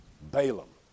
Balaam